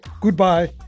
goodbye